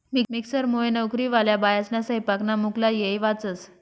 मिक्सरमुये नवकरीवाल्या बायास्ना सैपाकना मुक्ला येय वाचस